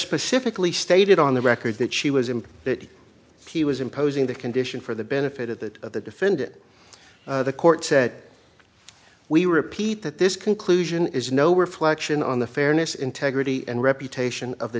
specifically stated on the record that she was him that he was imposing that condition for the benefit of the of the defendant the court said we repeat that this conclusion is no reflection on the fairness integrity and reputation of the